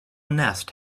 nest